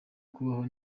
kubaho